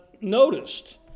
noticed